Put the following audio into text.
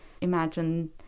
imagine